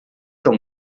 seu